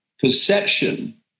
Perception